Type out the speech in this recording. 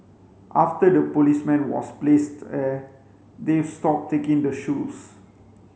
after the policeman was placed there they've stopped taking the shoes